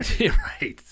Right